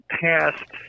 passed